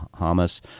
Hamas